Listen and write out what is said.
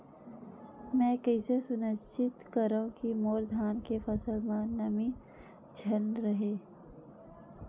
मैं कइसे सुनिश्चित करव कि मोर धान के फसल म नमी झन रहे?